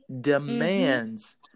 demands